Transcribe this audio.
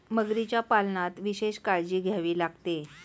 मगरीच्या पालनात विशेष काळजी घ्यावी लागते